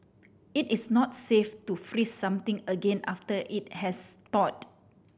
it is not safe to freeze something again after it has thawed